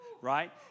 right